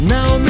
Now